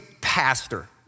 pastor